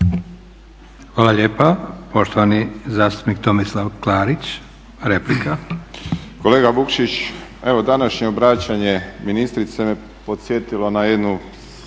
Hvala lijepa. Poštovani zastupnik Tomislav Klarić, replika. **Klarić, Tomislav (HDZ)** Kolega Vukšić, evo današnje obraćanje ministrice me podsjetilo na jednu